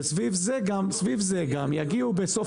סביב זה גם יגיעו בסוף